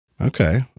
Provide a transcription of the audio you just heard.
Okay